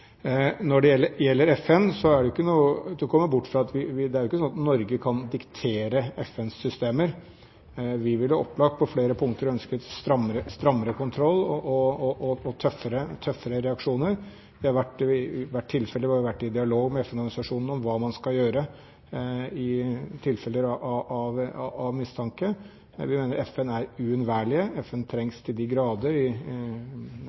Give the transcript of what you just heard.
Når det gjelder FN, er det ikke slik at Norge kan diktere FNs systemer. Vi ville opplagt på flere punkter ønsket strammere kontroll og tøffere reaksjoner. Det har vært tilfeller hvor vi har vært i dialog med FN-organisasjonen om hva man skal gjøre når det har vært mistanke. Vi mener at FN er uunnværlig. FN trengs til de grader i